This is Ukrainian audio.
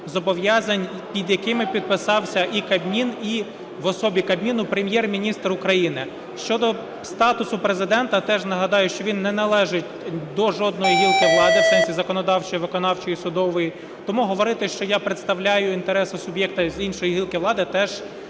зобов'язанням, під якими підписався і Кабмін, і в особі Кабміну Прем'єр-міністр України. Щодо статусу Президента, теж нагадаю, що він не належить до жодної гілки влади, в сенсі законодавчої, виконавчої і судової, тому говорити, що я представляю інтереси суб'єкта з іншої гілки влади, теж не зовсім